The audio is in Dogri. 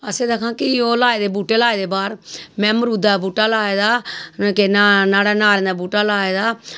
असें दिक्खां कि ओह् लाए दे बूह्टे लाए दे बाह्र में मरूदा दा बूह्टा लाए दा केह् नांऽ नाह्ड़ा नाह्रें दा बूह्टा लाए दा